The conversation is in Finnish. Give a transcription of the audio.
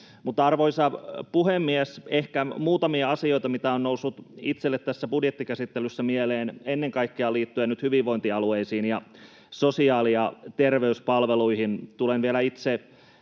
Arvoisa puhemies! Ehkä muutamia asioita, mitä on noussut itselleni tässä budjettikäsittelyssä mieleen ennen kaikkea liittyen hyvinvointialueisiin ja sosiaali- ja terveyspalveluihin: Tulen vielä itse